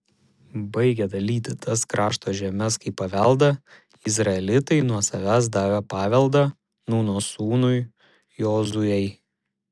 baigę dalyti tas krašto žemes kaip paveldą izraelitai nuo savęs davė paveldą nūno sūnui jozuei